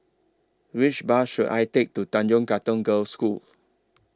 Which Bus should I Take to Tanjong Katong Girls' School